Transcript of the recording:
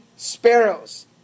sparrows